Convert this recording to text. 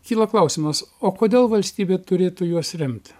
kyla klausimas o kodėl valstybė turėtų juos remt